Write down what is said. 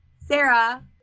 Sarah